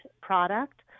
product